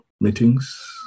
meetings